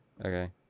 Okay